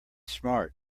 smart